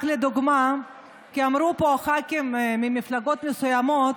רק לדוגמה, כי אמרו פה ח"כים ממפלגות מסוימות